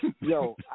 Yo